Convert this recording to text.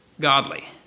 godly